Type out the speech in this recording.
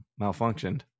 malfunctioned